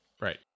Right